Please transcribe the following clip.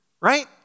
right